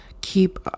keep